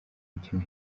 mikino